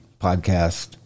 podcast